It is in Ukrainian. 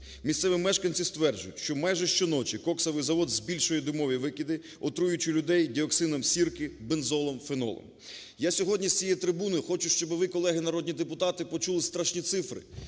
Місцеві мешканці стверджують, що майже щоночі коксовий завод збільшує димові, викиди отруюючи людей діоксином сірки, бензолом, фенолом. Я сьогодні з цієї трибуни хочу, щоб ви, колеги народні депутати, почули страшні цифри